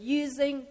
using